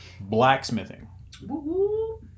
blacksmithing